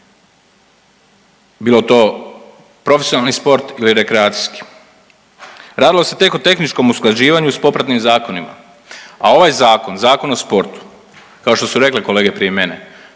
bilo to profesionalni sport ili rekreacijski. Radilo se tek o tehničkom usklađivanju s popratnim zakonima. A ovaj zakon, Zakon o sportu kao što su rekle kolege prije mene,